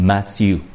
Matthew